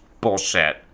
Bullshit